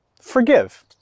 forgive